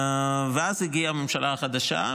ואז הגיעה הממשלה החדשה,